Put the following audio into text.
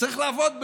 צריך לעבוד בזה.